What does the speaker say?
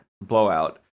Blowout